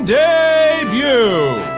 debut